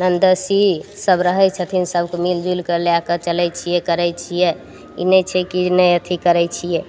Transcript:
ननदोसी सब रहय छथिन सबके मिल जुलिके लए कऽ चलय छियै करय छियै ई नहि छै कि नहि अथी करय छियै